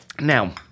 Now